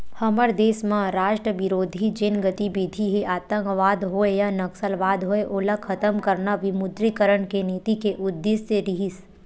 हमर देस म राष्ट्रबिरोधी जेन गतिबिधि हे आंतकवाद होय या नक्सलवाद होय ओला खतम करना विमुद्रीकरन के नीति के उद्देश्य रिहिस